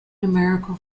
numerical